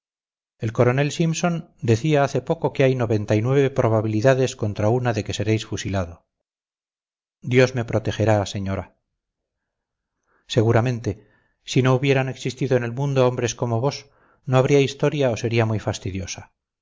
el coronel simpson decía hace poco que hay noventa y nueve probabilidades contra una de que seréis fusilado dios me protegerá señora seguramente si no hubieran existido en el mundo hombres como vos no habría historia o sería muy fastidiosa